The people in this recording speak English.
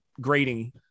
grading